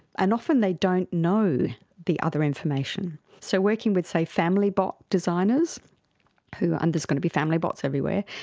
and often they don't know the other information. so working with, say, family bot designers who, and there's going to be family bots everywhere,